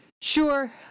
sure